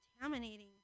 contaminating